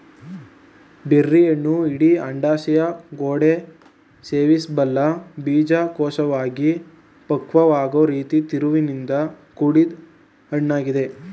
ಬೆರ್ರಿಹಣ್ಣು ಇಡೀ ಅಂಡಾಶಯಗೋಡೆ ಸೇವಿಸಬಲ್ಲ ಬೀಜಕೋಶವಾಗಿ ಪಕ್ವವಾಗೊ ರೀತಿ ತಿರುಳಿಂದ ಕೂಡಿದ್ ಹಣ್ಣಾಗಿದೆ